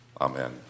Amen